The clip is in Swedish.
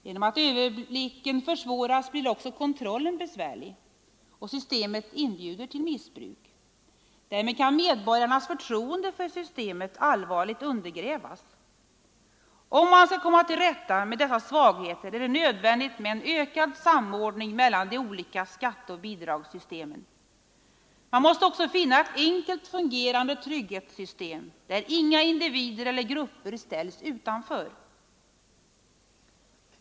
Genom att överblicken försvåras blir också kontrollen besvärlig, och systemet inbjuder till missbruk. Därmed kan medborgarnas förtroende för systemet allvarligt undergrävas. Om man skall komma till rätta med dessa svagheter är det nödvändigt med en ökad samordning mellan de olika skatteoch bidragssystemen. Man måste också finna ett enkelt fungerande trygghetssystem där inga individer eller grupper ställs utanför.